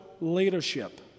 leadership